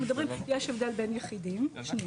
אנחנו מדברים, יש הבדל בין יחידים, שנייה.